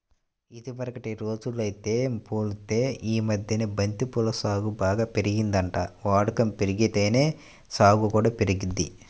ఇదివరకటి రోజుల్తో పోలిత్తే యీ మద్దెన బంతి పూల సాగు బాగా పెరిగిందంట, వాడకం బెరిగితేనే సాగు కూడా పెరిగిద్ది